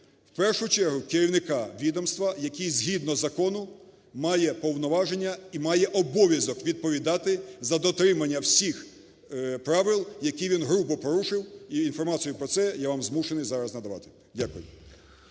в першу чергу, керівника відомства, який, згідно закону, має повноваження і має обов'язок відповідати за дотримання всіх правил, які він грубо порушив, і інформацію про це я вам змушений зараз надавати. Дякую.